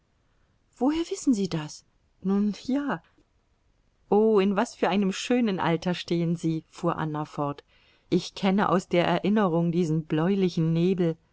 woher wissen sie das nun ja oh in was für einem schönen alter stehen sie fuhr anna fort ich kenne aus der erinnerung diesen bläulichen nebel